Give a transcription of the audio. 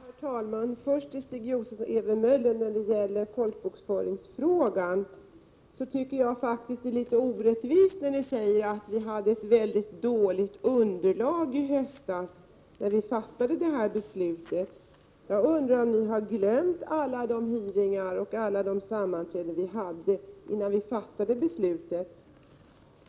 Herr talman! Först till Stig Josefson och Ewy Möller när det gäller folkbokföringsfrågan. Det är litet orättvist när ni säger att vi hade ett mycket dåligt underlag i höstas när vi fattade beslutet. Jag undrar om ni har glömt alla de hearingar och alla de sammanträden vi hade innan vi fattade beslutet.